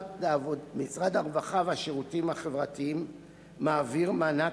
משרד הרווחה והשירותים החברתיים מעביר מענק